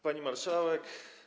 Pani Marszałek!